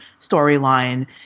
storyline